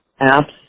apps